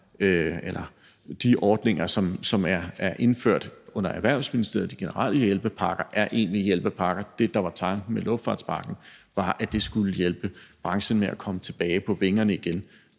De ordninger, der er indført under Erhvervsministeriet, altså de generelle hjælpepakker, er egentlige hjælpepakker. Det, der var tanken med luftfartspakken, var, at den skulle hjælpe branchen med at komme tilbage på vingerne igen.